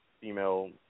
female